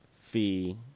fee